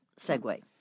segue